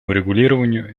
урегулированию